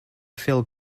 phil